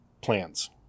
plans